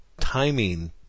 timing